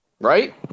Right